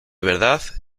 verdad